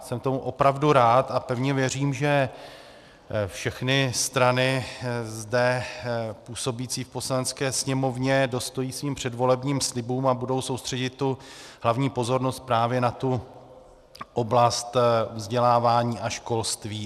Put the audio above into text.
Jsem tomu opravdu rád a pevně věřím, že všechny strany zde působící v Poslanecké sněmovně dostojí svým předvolebním slibům a budou soustředit tu hlavní pozornost právě na oblast vzdělávání a školství.